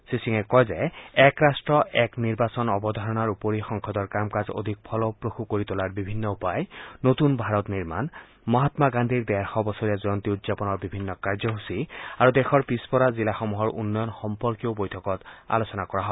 শ্ৰীসিঙে কয় যে এক ৰট্ট এক নিৰ্বাচন অৱধাৰণাৰ উপৰি সংসদৰ কাম কাজ অধিক ফলপ্ৰসূ কৰি তোলাৰ বিভিন্ন উপায় নতুন ভাৰত নিৰ্মণ মহাম্মা গান্ধীৰ ডেৰশ বছৰীয়া জয়ন্তী উদযাপনৰ বিভিন্ন কাৰ্যসূচী আৰু দেশৰ পিছপৰা জিলাসমূহৰ উন্নয়ন সম্পৰ্কেও বৈঠকত আলোচনা কৰা হয়